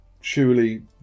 surely